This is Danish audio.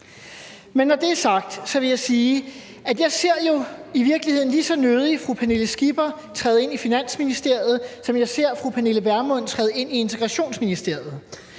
Men når det er sagt, vil jeg sige, at jeg jo i virkeligheden lige så nødig ser fru Pernille Skipper træde ind i Finansministeriet, som jeg ser fru Pernille Vermund træde ind i Integrationsministeriet,